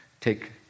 Take